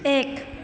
एक